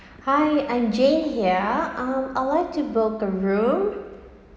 hi I'm jane here um I would like to book a room